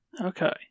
Okay